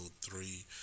three